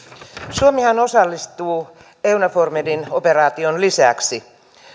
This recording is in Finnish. suomihan osallistuu eunavfor med operaation lisäksi